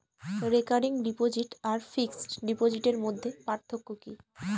Recurring deposit আর fixed ডিপোজিটের মধ্যে পার্থক্য কি?